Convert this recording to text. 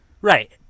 Right